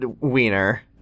wiener